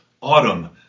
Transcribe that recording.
autumn